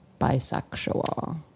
bisexual